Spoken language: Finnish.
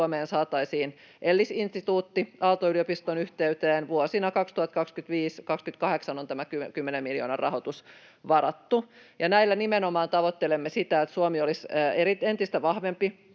että Suomeen saataisiin ELLIS-instituutti Aalto-yliopiston yhteyteen — vuosille 2025—2028 on tämä kymmenen miljoonan rahoitus varattu. Näillä tavoittelemme nimenomaan sitä, että Suomi olisi entistä vahvempi